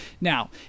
Now